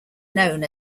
known